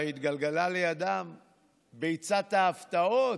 הרי התגלגלה לידם ביצת ההפתעות.